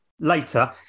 later